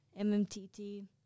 MMTT